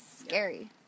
scary